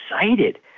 excited